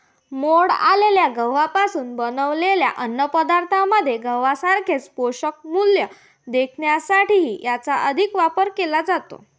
मोड आलेल्या गव्हापासून बनवलेल्या अन्नपदार्थांमध्ये गव्हासारखेच पोषणमूल्य देण्यासाठीही याचा अधिक वापर केला जातो